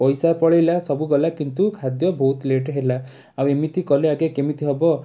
ପଇସା ପଳେଇଲା ସବୁ ଗଲା କିନ୍ତୁ ଖାଦ୍ୟ ବହୁତ ଲେଟ୍ ହେଲା ଆଉ ଏମିତି କଲେ ଆଜ୍ଞା କେମିତି ହବ